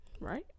Right